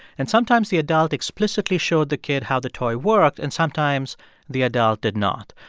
and sometimes the adult explicitly showed the kid how the toy worked and sometimes the adult did not.